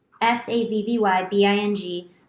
S-A-V-V-Y-B-I-N-G